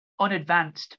unadvanced